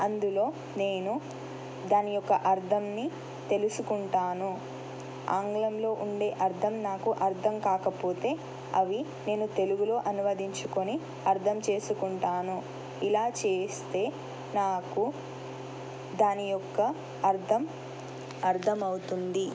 అందులో నేను దాని యొక్క అర్థంని తెలుసుకుంటాను ఆంగ్లంలో ఉండే అర్థం నాకు అర్థం కాకపోతే అవి నేను తెలుగులో అనువదించుకొని అర్థం చేసుకుంటాను ఇలా చేస్తే నాకు దాని యొక్క అర్థం అర్థమవుతుంది